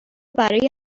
برای